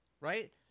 right